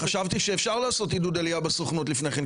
חשבתי שאפשר לעשות עידוד עלייה בסוכנות לפני כן.